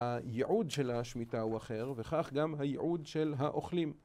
הייעוד של השמיטה הוא אחר וכך גם הייעוד של האוכלים